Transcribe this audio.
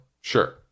sure